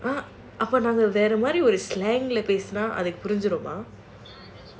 அப்போ நாம வேற மாதிரி ஒரு:appo namma vera maadhiri slang leh பேசுனா அதுக்கு புரிஞ்சிடுமா:pesunaa adhuku purinjidumaa